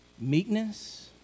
Meekness